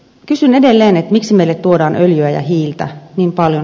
kysyn edelleen miksi meille tuodaan öljyä ja hiiltä niin paljon